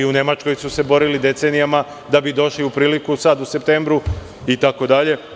I u Nemačkoj su se borili decenijama da bi došli u priliku sad u septembru itd.